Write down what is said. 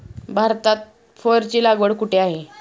भारतात फरची लागवड कुठे आहे?